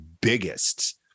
biggest